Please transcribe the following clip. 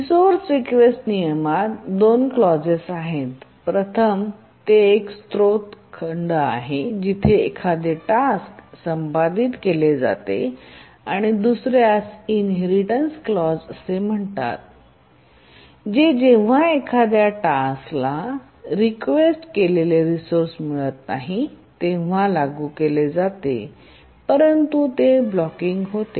resource request नियमात दोन clause clause आहेत प्रथम तेथे स्रोत खंड आहे जिथे एखादे टास्क संसाधित केले जाते आणि दुसर्यास इनहेरिटेन्स क्लॉज असे म्हणतात जे जेव्हा एखाद्या टास्क स रीक्वेस्ट केलेले रिसोर्से मिळत नाही तेव्हा लागू केले जाते परंतु ते ब्लॉकिंग होते